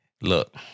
Look